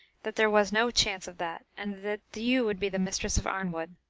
that there was no chance of that, and that you would be the mistress of arnwood.